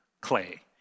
clay